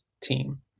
team